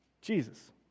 Jesus